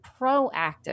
proactive